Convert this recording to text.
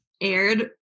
aired